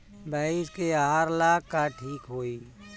भइस के आहार ला का ठिक होई?